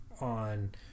on